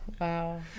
Wow